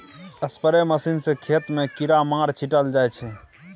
spray machine सँ खेत मे कीरामार छीटल जाइ छै